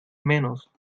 menos